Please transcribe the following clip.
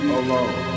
alone